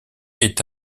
est